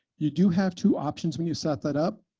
you do have two options when you set that up.